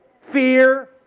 Fear